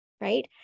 right